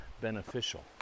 beneficial